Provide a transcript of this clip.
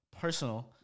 personal